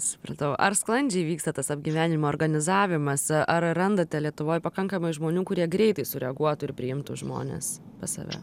supratau ar sklandžiai vyksta tas apgyvenimo organizavimas ar randate lietuvoj pakankamai žmonių kurie greitai sureaguotų ir priimtų žmones pas save